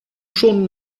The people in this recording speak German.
schon